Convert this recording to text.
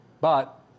But-